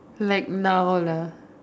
like now lah